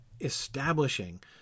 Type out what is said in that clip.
establishing